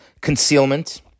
concealment